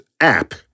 app